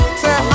say